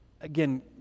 Again